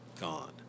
gone